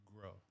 grow